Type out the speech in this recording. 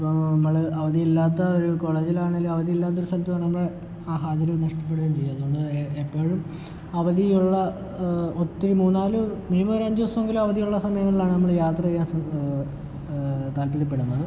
അപ്പോൾ നമ്മൾ അവധിയില്ലാത്ത ഒരു കോളേജിലാണെങ്കിലും അവധിയില്ലാത്ത ഒരു സ്ഥലത്ത് പോകാൻ നമ്മൾ ആ ഹാജർ നഷ്ടപ്പെടുകയും ചെയ്യും അത്കൊണ്ട് എ എപ്പോഴും അവധിയുള്ള ഒത്തിരി മൂന്നാല് മിനിമം ഒരു അഞ്ച് ദിവസമെങ്കിലും അവധിയുള്ള സമയങ്ങളിലാണ് നമ്മൾ യാത്ര ചെയ്യാൻ സ്ര താത്പര്യപ്പെടുന്നത്